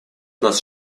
нас